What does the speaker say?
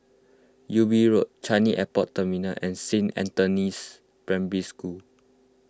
Ubi Road Changi Airport Terminal and Saint Anthony's Primary School